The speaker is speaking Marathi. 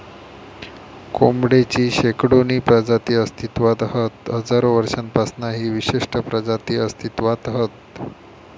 कोंबडेची शेकडोनी प्रजाती अस्तित्त्वात हत हजारो वर्षांपासना ही विशिष्ट प्रजाती अस्तित्त्वात हत